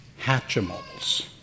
Hatchimals